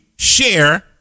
Share